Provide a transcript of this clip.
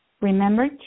Remember